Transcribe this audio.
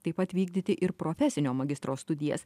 taip pat vykdyti ir profesinio magistro studijas